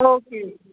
okay